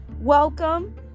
welcome